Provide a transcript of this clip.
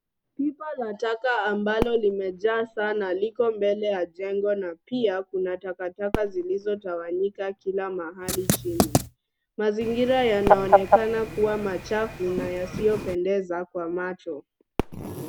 Pipa la taka ambalo limejaa sana liko mbele ya jengo na pia kuna taka taka zilizo tawanyika kila mahali chini. Mazingira yanaonekana kuwa machafu na yasiyo pendeza kwa macho.